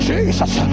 Jesus